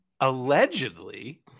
Allegedly